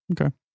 Okay